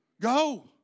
go